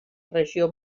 regió